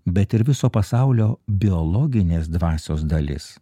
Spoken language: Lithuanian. bet ir viso pasaulio biologinės dvasios dalis